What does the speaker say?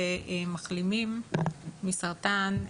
שכשמחלימים מסרטן,